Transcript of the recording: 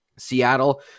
Seattle